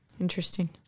Interesting